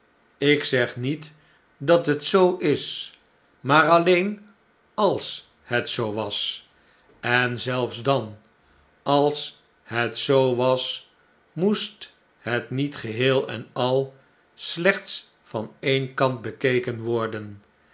ik zeg niet dat het zoo is maar alleen als het zoo was en zelfs dan als het zoo was moest het niet geheel en al slechts van een kant bekeken worden